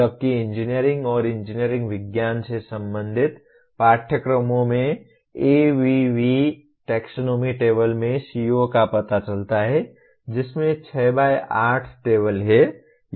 जबकि इंजीनियरिंग और इंजीनियरिंग विज्ञान से संबंधित पाठ्यक्रमों में ABV टैक्सोनॉमी टेबल में CO का पता चलता है जिसमें 6 बाय 8 टेबल है